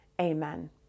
Amen